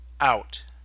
out